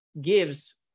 gives